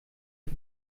für